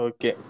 Okay